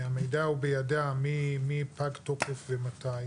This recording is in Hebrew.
כי המידע הוא בידיה לגבי מי פג תוקף ומתי,